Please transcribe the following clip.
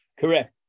Correct